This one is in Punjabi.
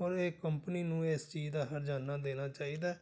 ਔਰ ਇਹ ਕੰਪਨੀ ਨੂੰ ਇਸ ਚੀਜ਼ ਦਾ ਹਰਜਾਨਾ ਦੇਣਾ ਚਾਹੀਦਾ